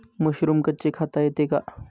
Mushroom कच्चे खाता येते का?